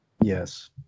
Yes